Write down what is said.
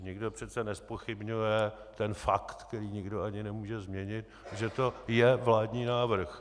Nikdo přece nezpochybňuje ten fakt, který nikdo ani nemůže změnit, že to je vládní návrh.